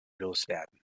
loswerden